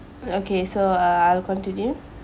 okay so I'll continue